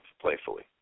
playfully